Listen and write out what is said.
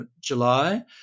July